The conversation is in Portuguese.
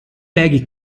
pegue